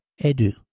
Edu